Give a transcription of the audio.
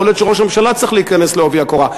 יכול להיות שראש הממשלה צריך להיכנס בעובי הקורה.